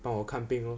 帮我看病 lor